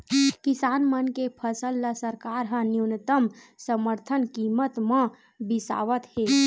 किसान मन के फसल ल सरकार ह न्यूनतम समरथन कीमत म बिसावत हे